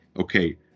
okay